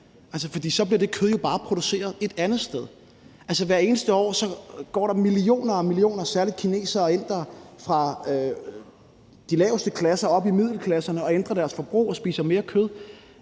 Danmark, for så bliver det kød jo bare produceret et andet sted. Altså, hvert eneste år går millioner og atter millioner af særlig kinesere og indere fra de laveste klasser op i middelklasserne, og de ændrer deres forbrug og spiser mere kød.